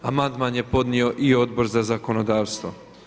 Amandman je podnio i Odbor za zakonodavstvo.